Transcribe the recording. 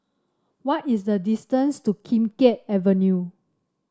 what is the distance to Kim Keat Avenue